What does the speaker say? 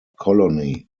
colony